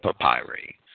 papyri